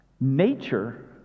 nature